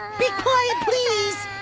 ah be quiet please!